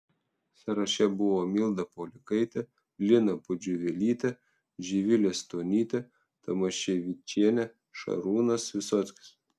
sąraše buvo milda paulikaitė lina pudžiuvelytė živilė stonytė tamaševičienė šarūnas visockis